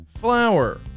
flower